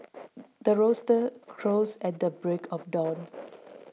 the rooster crows at the break of dawn